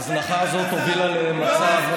ההזנחה הזו הובילה למצב,